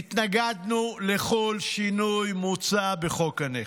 והתנגדנו לכל שינוי מוצע בחוק הנכד.